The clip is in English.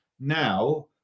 now